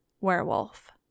werewolf